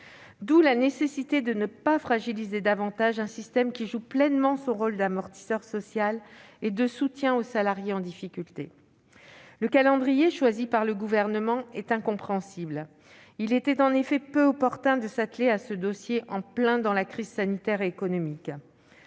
qu'il est nécessaire de ne pas fragiliser davantage un système qui joue pleinement son rôle d'amortisseur social et de soutien aux salariés en difficulté. Le calendrier choisi par le Gouvernement est incompréhensible : il était peu opportun de s'atteler à ce dossier en pleine crise sanitaire et économique.